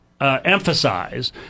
emphasize